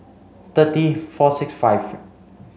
thirty four six five